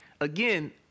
again